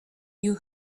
you